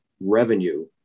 revenue